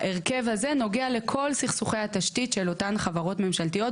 ההרכב הזה נוגע לכל סכסוכי התשתית של אותן חברות ממשלתיות,